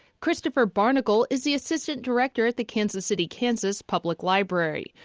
christopher barnickel is the assistant director at the kansas city, kansas public library,